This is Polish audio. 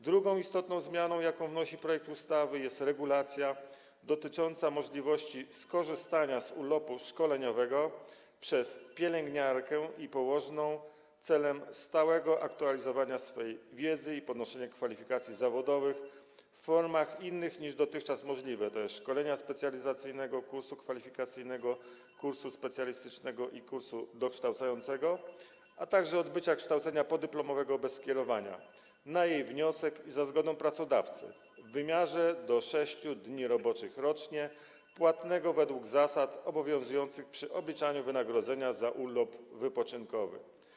Drugą istotną zmianą, jaką zawiera projekt ustawy, jest wprowadzenie możliwości skorzystania z urlopu szkoleniowego przez pielęgniarkę lub położną celem stałego aktualizowania wiedzy i podnoszenia kwalifikacji zawodowych w formach innych niż dotychczas możliwe, tj. szkolenia specjalizacyjnego, kursu kwalifikacyjnego, kursu specjalistycznego i kursu dokształcającego, a także celem odbycia kształcenia podyplomowego bez skierowania, na jej wniosek i za zgodą pracodawcy - w wymiarze do 6 dni roboczych rocznie, płatnego według zasad obowiązujących przy obliczaniu wynagrodzenia za urlop wypoczynkowy.